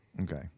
Okay